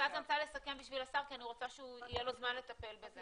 ואז אני רוצה לסכם בשביל השר כי אני רוצה שיהיה לו זמן לטפל בזה.